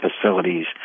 facilities